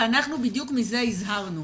אנחנו בדיוק מזה הזהרנו.